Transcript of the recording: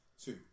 Two